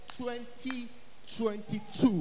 2022